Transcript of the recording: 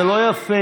זה לא יפה.